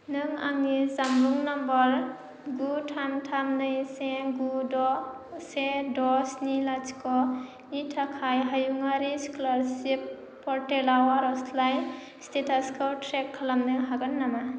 नों आंनि जानबुं नम्बर गु थाम थाम नै से गु द' से द' स्नि लाथिख'नि थाखाय हायुंआरि स्कलारसिप पर्टेलाव आर'जलाइ स्टेटासखौ ट्रेक खालामनो हागोन नामा